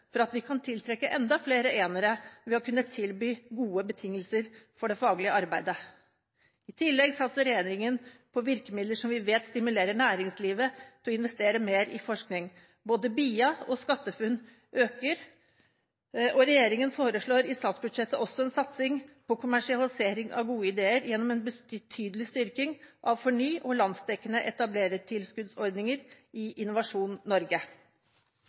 for at vi kan tiltrekke enda flere «enere» ved å kunne tilby gode betingelser for det faglige arbeidet. I tillegg satser regjeringen på virkemidler som vi vet stimulerer næringslivet til å investere mer i forskning. Brukerstyrt innovasjonsarena, BIA, og SkatteFUNN øker. Regjeringen foreslår i statsbudsjettet også en satsing på kommersialisering av gode ideer gjennom en betydelig styrking av FORNY og den landsdekkende etablerertilskuddsordningen i Innovasjon Norge.